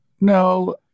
No